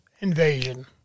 invasion